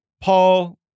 Paul